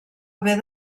haver